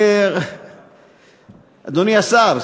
אדוני השר,